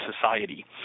society